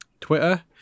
Twitter